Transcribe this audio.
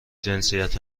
جنسیت